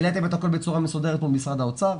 העליתם את הכל בצורה מסודרת מול משרד האוצר,